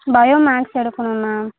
bio max எடுக்கணும் ma'am